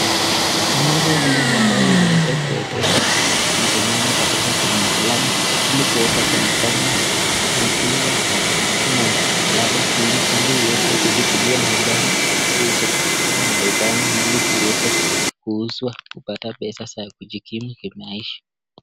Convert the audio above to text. Ng'ombe hii ambayo imeweza kuegeshwa, kusimama katika sehemu fulani ilikuweza kuikamuwa maziwa na dada huyu iluweza kuchukuliwa nyumbani, ili iwezekuchukulia madukani, ili ziweza kuuzwa kupata pesa za kujikimu kimaisha.